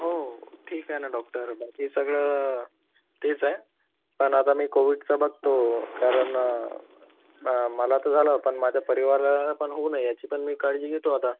हो ठीक आहे ना डॉकटर ते सगळं तेच आहे पण आता मी कोविडचं बघतो कारण म मला तर झाला होता पण माझ्या परिवाराला होऊ नये याची पण मी काळजी घेतो आता